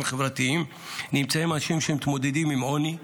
חברתיים נמצאים אנשים שמתמודדים עם עוני,